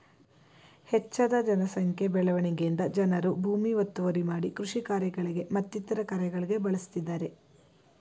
ಹೆಚ್ಜದ ಜನ ಸಂಖ್ಯೆ ಬೆಳವಣಿಗೆಯಿಂದ ಜನರು ಭೂಮಿ ಒತ್ತುವರಿ ಮಾಡಿ ಕೃಷಿ ಕಾರ್ಯಗಳಿಗೆ ಮತ್ತಿತರ ಕಾರ್ಯಗಳಿಗೆ ಬಳಸ್ತಿದ್ದರೆ